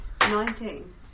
Nineteen